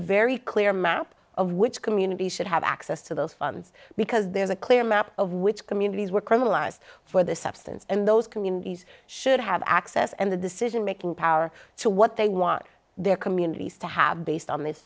very clear map of which community should have access to those funds because there's a clear map of which communities were criminalized for the substance and those communities should have access and the decision making power to what they want their communities to have based on this